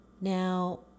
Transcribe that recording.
Now